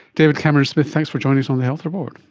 david cameron-smith, thanks for joining us on the health report.